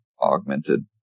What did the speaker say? augmented